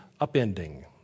upending